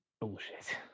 bullshit